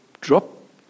drop